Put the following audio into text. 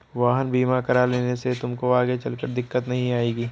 वाहन बीमा करा लेने से तुमको आगे चलकर दिक्कत नहीं आएगी